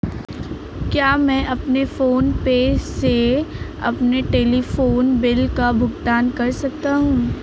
क्या मैं PhonePe से अपने टेलीफोन बिल का भुगतान कर सकता हूँ?